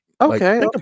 Okay